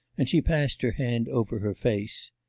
and she passed her hand over her face.